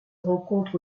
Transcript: rencontre